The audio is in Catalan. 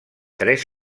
tres